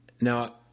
now